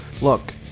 look